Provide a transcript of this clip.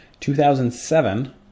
2007